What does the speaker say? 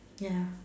ya